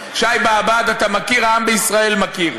שי באב"ד, אתה מכיר, העם בישראל מכיר.